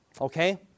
Okay